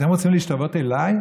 אתם רוצים להשתוות אליי,